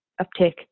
uptake